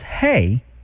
Hey